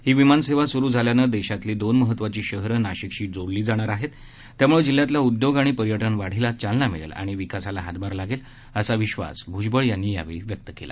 ही विमानसेवा सुरु झाल्यानं देशातली दोन महत्वाची शहरं नाशिकशी जोडली जाणार आहे त्यामुळे जिल्ह्यातल्या उद्योग आणि पर्यटन वाढीला जालना मिळेल आणि विकासाला हातभार लागेल असा विश्वास भुजबळ यांनी यावेळी व्यक्त केला